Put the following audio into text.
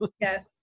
Yes